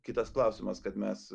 kitas klausimas kad mes